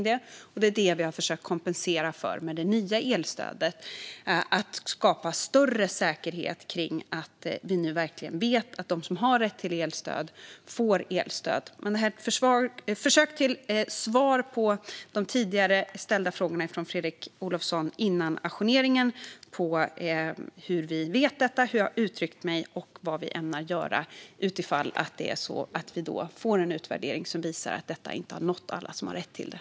Det är det som vi har försökt kompensera för när det gäller det nya elstödet, genom att skapa större säkerhet så att vi verkligen kan veta att de som har rätt till elstöd får elstöd. Det här är ett försök att svara på de tidigare ställda frågorna från Fredrik Olovsson före ajourneringen om hur vi vet detta, hur jag har uttryckt mig och vad vi ämnar göra ifall en utvärdering visar att det inte har nått alla som har rätt till det.